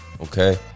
okay